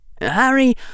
Harry